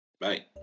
Bye